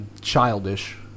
childish